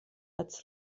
als